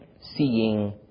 seeing